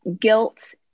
guilt